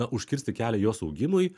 na užkirsti kelią jos augimui